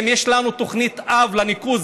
האם יש לנו תוכנית אב לניקוז,